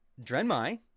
Drenmai